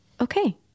okay